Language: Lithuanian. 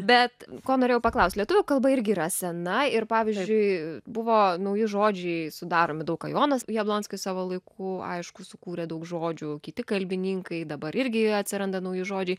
bet ko norėjau paklaust lietuvių kalba irgi yra sena ir pavyzdžiui buvo nauji žodžiai sudaromi daug ką jonas jablonskis savo laiku aišku sukūrė daug žodžių kiti kalbininkai dabar irgi atsiranda nauji žodžiai